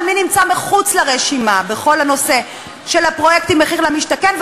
מי נמצא מחוץ לרשימה בכל הפרויקטים של מחיר למשתכן,